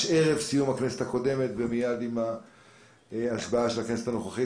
סיום הכנסת הקודמת ומיד עם השבעת הכנסת הנוכחית.